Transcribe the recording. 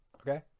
Okay